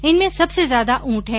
इनमें सबसे ज्यादा ऊंट है